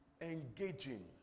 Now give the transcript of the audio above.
engaging